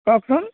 কওকচোন